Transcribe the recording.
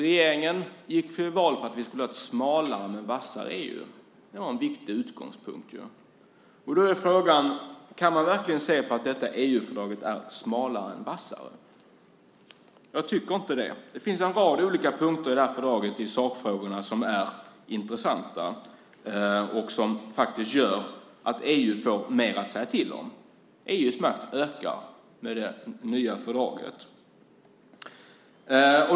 Regeringen gick till val på ett smalare men vassare EU. Det var en viktig utgångspunkt. Frågan är om man verkligen kan se att det här EU-fördraget är smalare men vassare. Jag tycker inte det. Det finns en rad punkter i sakfrågorna i fördraget som är intressanta och som faktiskt gör att EU får mer att säga till om. EU:s makt ökar med det nya fördraget.